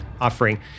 offering